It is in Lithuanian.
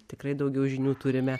tikrai daugiau žinių turime